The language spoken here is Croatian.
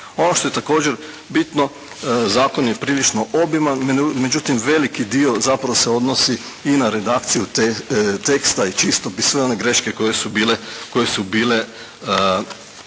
Ono što je također bitno Zakon je prilično obima, međutim veliki dio zapravo se odnosi i na redakciju tekstu. I čisto bi sve one greške koje su bile u